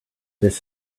this